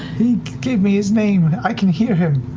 he gave me his name. and i can hear him.